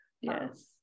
yes